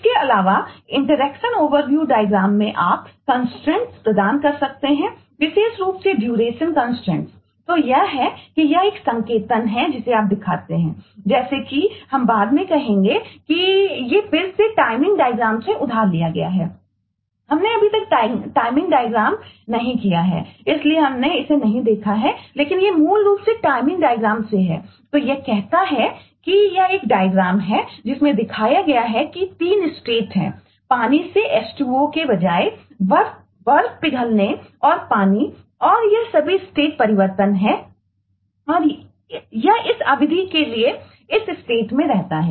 इसके अलावा interaction overview diagram में रहता है